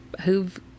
who've